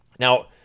Now